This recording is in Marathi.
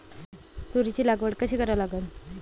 तुरीची लागवड कशी करा लागन?